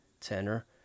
tenor